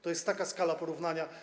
To jest taka skala porównawcza.